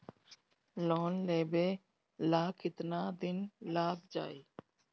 Loan लेबे ला कितना दिन लाग जाई?